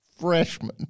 freshman